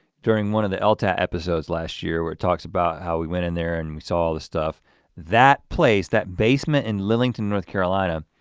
during one of the elta episodes last year where it talks about how we went in there and we saw all the stuff that place that basement in lillington, north carolina,